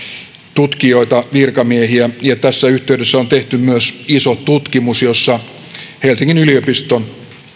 tutkijoita virkamiehiä ja tässä yhteydessä on tehty myös iso tutkimus jossa helsingin yliopiston